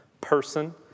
person